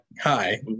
hi